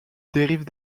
dérives